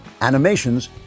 Animations